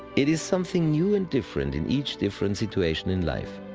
it is something new and different in each different situation in life.